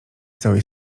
całej